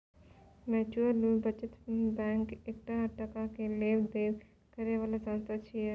mutual बचत bank एकटा टका के लेब देब करे बला संस्था छिये